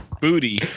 booty